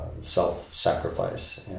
self-sacrifice